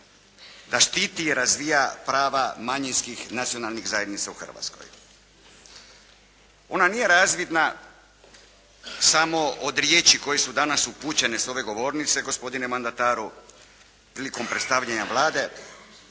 da štiti i razvija prava manjinskih nacionalnih zajednica u Hrvatskoj. Ona nije razvidna samo od riječi koje su danas upućene s ove govornice gospodine mandataru prilikom predstavljanja Vlade